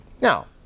Now